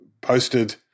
posted